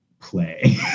play